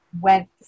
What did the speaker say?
went